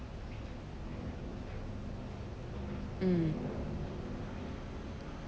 mm